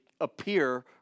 appear